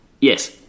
Yes